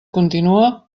continua